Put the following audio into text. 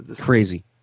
crazy